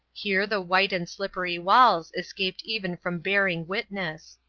here the white and slippery walls escaped even from bearing witness.